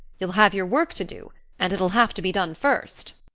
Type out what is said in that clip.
you'll have your work to do and it'll have to be done first.